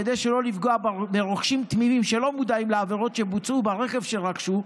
כדי שלא לפגוע ברוכשים תמימים שלא מודעים לעבירות שבוצעו ברכב שרכשו,